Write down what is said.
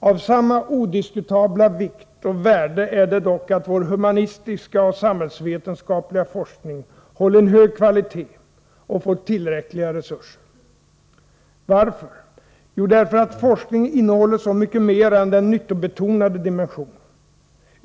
Av samma odiskutabla vikt och värde är det dock att vår humanistiska och samhällsvetenskapliga forskning håller en hög kvalitet och får tillräckliga resurser. Varför? Jo, därför att forskning innehåller så mycket mer än den nyttobetonade dimensionen.